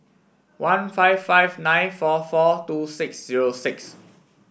one five five nine four four two six zero six